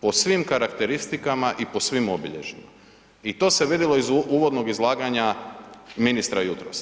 po svim karakteristikama i po svim obilježjima i to se vidjelo iz uvodnog izlaganja ministra jutros.